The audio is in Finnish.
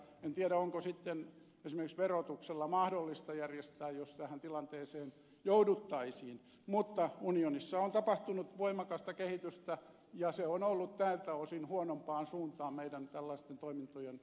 en tiedä onko sitten esimerkiksi verotuksella mahdollista vaikuttaa jos tähän tilanteeseen jouduttaisiin mutta unionissa on tapahtunut voimakasta kehitystä ja se on ollut näiltä osin huonompaan suuntaan tällaisten meidän toimintojen puolustamisen näkökulmasta